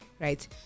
right